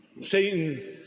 Satan